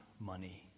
money